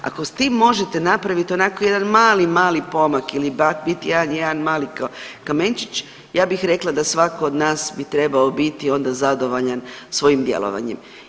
Ako s tim možete napraviti onako jedan mali, mali pomak ili bar biti jedan mali, mali kamenčić ja bih rekla da svako od nas bi trebao biti onda zadovoljan svojim djelovanjem.